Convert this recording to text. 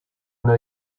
know